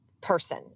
person